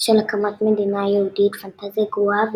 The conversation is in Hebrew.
של הקמת מדינה יהודית פנטזיה פרועה,